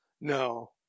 No